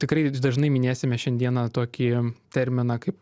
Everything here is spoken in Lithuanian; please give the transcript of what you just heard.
tikrai dažnai minėsime šiandieną tokį terminą kaip